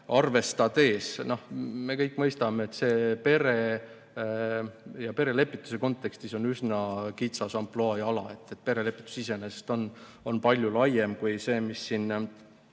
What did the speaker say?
arvestades. Me kõik mõistame, et see pere ja perelepituse kontekstis on üsna kitsas ampluaa ja ala. Perelepitus iseenesest on palju laiem kui see, mis siin